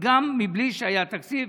גם בלי שהיה תקציב.